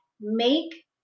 make